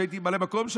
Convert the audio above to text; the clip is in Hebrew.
כשהייתי ממלא מקום,